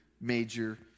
major